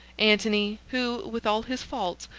antony who, with all his faults,